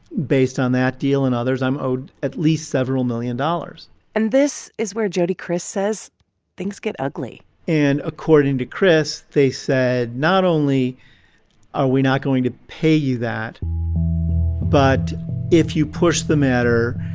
based on that deal and others, i'm owed at least several million dollars and this is where jody kriss says things get ugly and, according to kriss, they said not only are we not going to pay you that but if you push the matter,